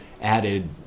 added